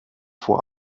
vor